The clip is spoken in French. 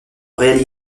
réel